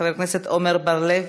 חבר הכנסת עמר בר-לב,